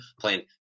playing